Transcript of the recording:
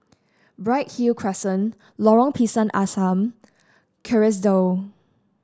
Bright Hill Crescent Lorong Pisang Asam Kerrisdale